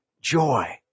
joy